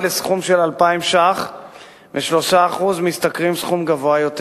לסכום של 2,000 ש"ח ו-3% משתכרים סכום גבוה יותר.